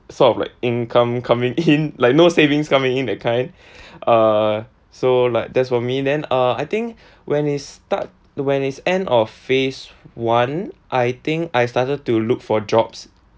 sort of like income coming in like no savings coming in that kind uh so like that's for me then uh I think when it start when it's end of phase one I think I started to look for jobs